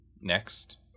next